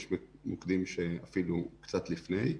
יש מוקדים שאפילו קצת לפני,